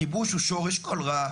הכיבוש הוא שורש כל רע,